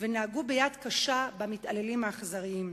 ונהגו ביד קשה במתעללים האכזריים,